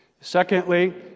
Secondly